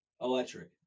Electric